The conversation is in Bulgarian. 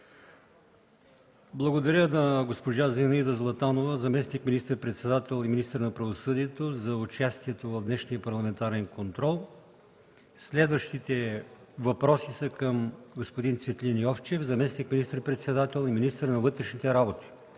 Благодаря на госпожа Зинаида Златанова – заместник министър-председател и министър на правосъдието, за участието в днешния парламентарен контрол. Следващите въпроси са към господин Цветлин Йовчев – заместник министър-председател и министър на вътрешните работи.